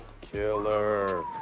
Killer